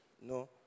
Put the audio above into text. No